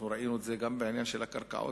אנחנו ראינו את זה גם בעניין של הקרקעות